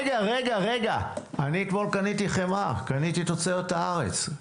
אני אתמול קניתי חמאה תוצרת הארץ.